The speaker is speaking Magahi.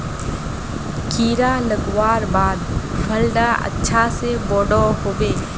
कीड़ा लगवार बाद फल डा अच्छा से बोठो होबे?